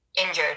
injured